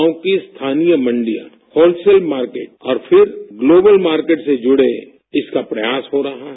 गांव की स्थानीय मंडियां होलसेल मार्केट और फिर ग्लोबल मार्केट से जुड़े इसका प्रयास हो रहा है